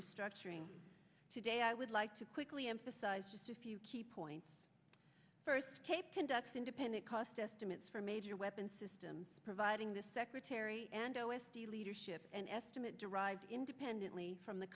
restructuring today i would like to quickly emphasize just a few key points first tape conducts independent cost estimates for major weapon systems providing the secretary and o s d leadership an estimate derived independently from the